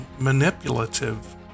manipulative